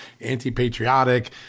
anti-patriotic